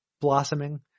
blossoming